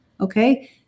okay